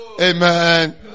amen